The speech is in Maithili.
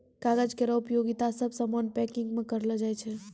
कागज केरो उपयोगिता सब सामान पैकिंग म करलो जाय छै